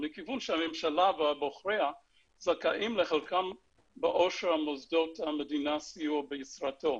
מכיוון שהממשלה ובוחריה זכאים לחלקם בעושר מוסדות המדינה ובסיוע בעזרתו,